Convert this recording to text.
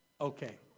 Okay